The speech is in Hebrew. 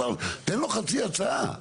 אבל תן לו חצי הצעה.